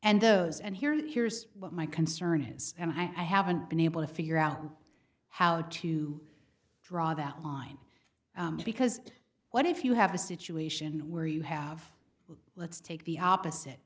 and those and here's here's what my concern is and i haven't been able to figure out how to draw that line because what if you have a situation where you have let's take the opposite